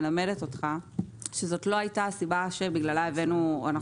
מלמדת אותך שזאת לא היתה הסיבה שבגללה הבאנו.